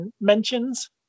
mentions